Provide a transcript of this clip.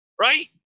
right